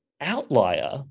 outlier